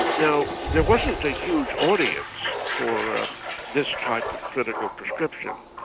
now there wasn't a huge audience for this type of political prescription,